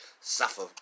suffer